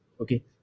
Okay